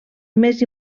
més